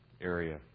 area